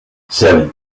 seven